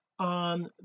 on